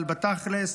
אבל בתכלס,